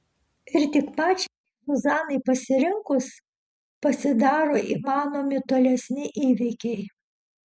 ir tik pačiai zuzanai pasirinkus pasidaro įmanomi tolesni įvykiai